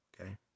Okay